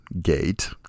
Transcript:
gate